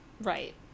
Right